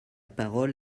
parole